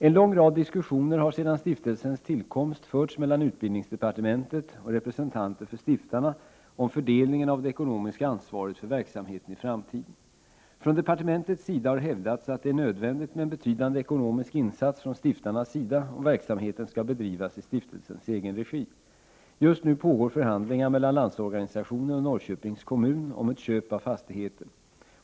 En lång rad diskussioner har sedan stiftelsens tillkomst förts mellan utbildningsdepartementet och representanter för stiftarna om fördelningen av det ekonomiska ansvaret för verksamheten i framtiden. Från departementets sida har det hävdats att det är nödvändigt med en betydande ekonomisk insats från stiftarnas sida om verksamheten skall bedrivas i stiftelsens egen regi. Just nu pågår förhandlingar mellan LO och Norrköpings kommun om ett köp av fastigheten.